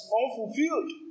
unfulfilled